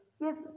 Yes